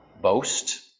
boast